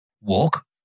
walk